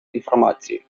інформації